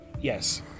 yes